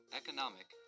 economic